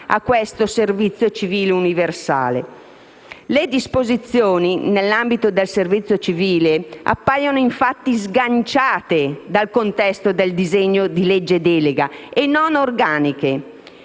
a tale servizio civile universale. Le disposizioni nell'ambito del servizio civile appaiono infatti sganciate dal contesto del disegno di legge delega e non organiche.